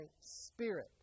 spirit